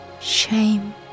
shame